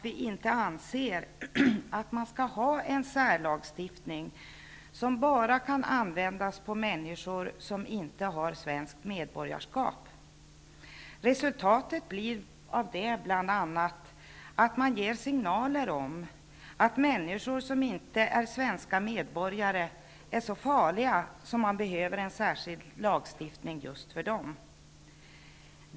Vi anser inte att man skall ha en särlagstiftning som bara kan användas på människor som inte har svenskt medborgarskap. Resultatet av det blir bl.a. att man ger signaler om att människor som inte är svenska medborgare är så farliga att man behöver en särskild lagstiftning just för dem.